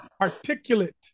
articulate